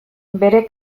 bere